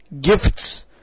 gifts